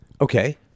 Okay